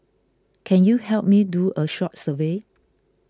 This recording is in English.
can you help me do a short survey